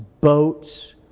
boats